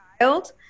child